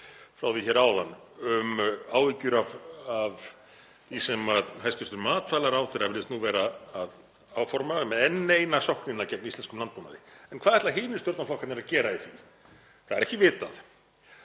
frá því hér áðan um áhyggjur af því sem hæstv. matvælaráðherra virðist nú vera að áforma um enn eina sóknina gegn íslenskum landbúnaði. En hvað ætla hinir stjórnarflokkarnir að gera í því? Það er ekki vitað.